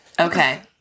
Okay